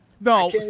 No